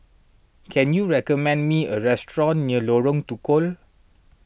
can you recommend me a restaurant near Lorong Tukol